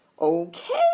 Okay